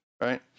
right